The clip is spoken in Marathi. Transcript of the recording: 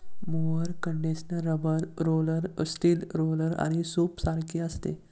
mower condenser rubber roller, steel roller आणि सूपसारखे असते